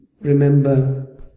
remember